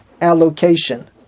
allocation